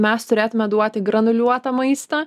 mes turėtume duoti granuliuotą maistą